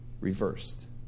reversed